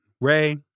Ray